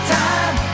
time